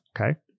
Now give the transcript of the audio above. okay